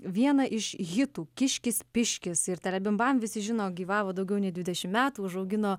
vieną iš hitų kiškis piškis ir telebimbam visi žino gyvavo daugiau nei dvidešimt metų užaugino